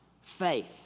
faith